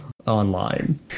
online